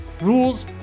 rules